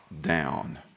down